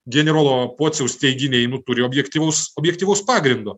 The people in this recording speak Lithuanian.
generolo pociaus teiginiai nu turi objektyvaus objektyvaus pagrindo